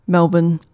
Melbourne